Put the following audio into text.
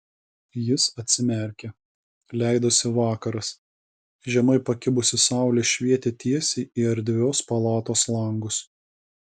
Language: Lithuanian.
jis atsimerkė leidosi vakaras žemai pakibusi saulė švietė tiesiai į erdvios palatos langus